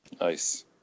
Nice